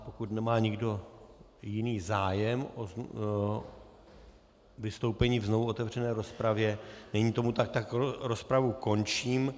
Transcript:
Pokud nemá nikdo jiný zájem o vystoupení ve znovuotevřené rozpravě, není tomu tak, tak rozpravu končím.